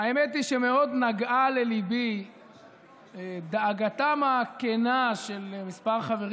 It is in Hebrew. האמת היא שמאוד נגעה לליבי דאגתם הכנה של כמה חברים